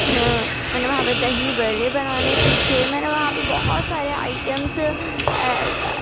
میں نے وہاں پہ دہی بڑے بنانے سیکھے میں نے وہاں پہ بہت سارے آئٹمس